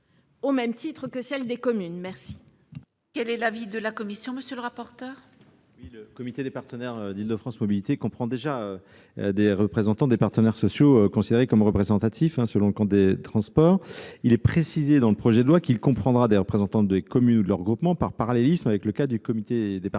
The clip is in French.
au même titre que celle des communes. Quel est l'avis de la commission ? Le comité des partenaires d'Île-de-France Mobilités comprend déjà des représentants des partenaires sociaux considérés comme représentatifs, selon le code des transports. Le projet de loi précise qu'il comprendra des représentants des communes ou de leurs groupements par parallélisme avec le comité des partenaires institué